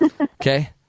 Okay